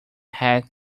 have